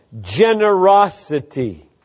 generosity